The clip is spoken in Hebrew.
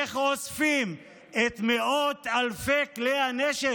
איך אוספים את מאות אלפי כלי הנשק.